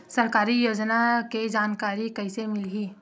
सरकारी योजना के जानकारी कइसे मिलही?